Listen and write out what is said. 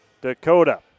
Dakota